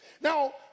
Now